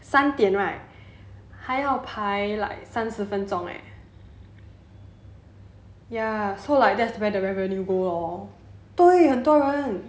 三点 right 还要排 like 三十分钟 eh ya so like that's where the revenue go lor 对很多人